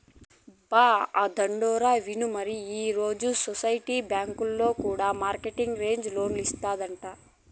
బా, ఆ తండోరా ఇనుమరీ ఈ దినం సొసైటీ బాంకీల కూడా మార్ట్ గేజ్ లోన్లిస్తాదంట